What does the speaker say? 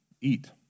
eat